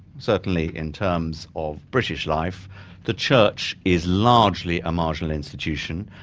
certainly in terms of british life the church is largely a marginal institution.